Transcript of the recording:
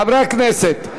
חברי הכנסת,